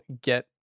get